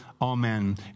Amen